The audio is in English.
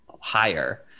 higher